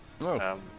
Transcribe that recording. No